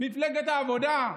מפלגת העבודה,